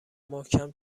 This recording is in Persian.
محکم